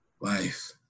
Life